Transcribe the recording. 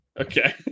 Okay